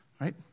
Right